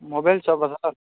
mobile ஷாப்பா sir